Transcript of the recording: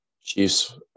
Chiefs